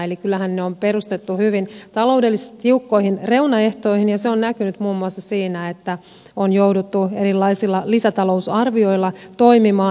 eli kyllähän ne on perustettu hyvin taloudellisesti tiukkoihin reunaehtoihin ja se on näkynyt muun muassa siinä että on jouduttu erilaisilla lisätalousarvioilla toimimaan